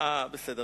בסדר.